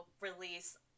release